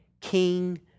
king